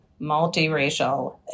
multiracial